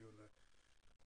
בדיון ההוא,